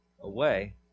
Away